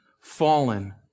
fallen